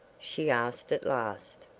she asked at last.